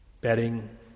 bedding